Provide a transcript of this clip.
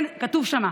כתוב שם: